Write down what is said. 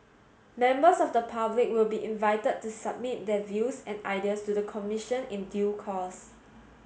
members of the public will be invited to submit their views and ideas to the Commission in due course